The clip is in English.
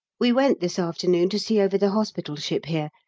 we went this afternoon to see over the hospital ship here,